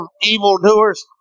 evildoers